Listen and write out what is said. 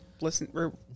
listen